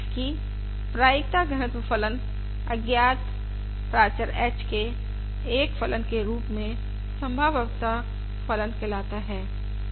की प्रायिकता घनत्व फलन अज्ञात प्राचर h के एक फलन के रूप में संभाव्यता फलन कहलाता है